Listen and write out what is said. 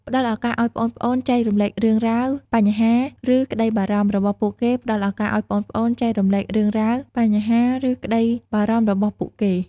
ផ្ដល់ឱកាសឱ្យប្អូនៗ ចែករំលែករឿងរ៉ាវ បញ្ហា ឬក្ដីបារម្ភ របស់ពួកគេ ផ្ដល់ឱកាសឱ្យប្អូនៗ ចែករំលែករឿងរ៉ាវ បញ្ហា ឬក្ដីបារម្ភ របស់ពួកគេ ។